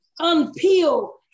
unpeel